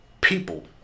people